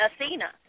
Athena